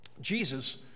Jesus